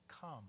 come